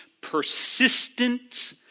persistent